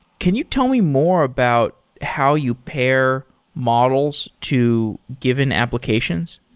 can you tell me more about how you pair models to given applications?